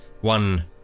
one